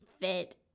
fit